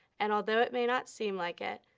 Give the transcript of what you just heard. and although it may not seem like it,